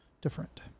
Different